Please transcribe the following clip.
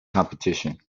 competition